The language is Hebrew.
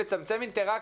לצמצם אינטראקציות.